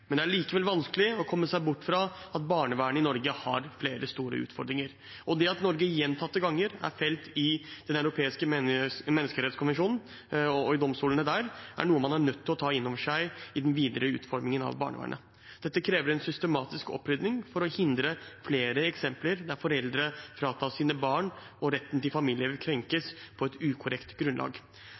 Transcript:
Men det er likevel vanskelig å komme seg bort fra at barnevernet i Norge har flere store utfordringer. Det at Norge gjentatte ganger er felt i Den europeiske menneskerettsdomstolen, er noe man er nødt til å ta inn over seg i den videre utformingen av barnevernet. Dette krever en systematisk opprydding for å hindre flere eksempler på at foreldre fratas sine barn og retten til familie krenkes på et ukorrekt grunnlag.